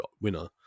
winner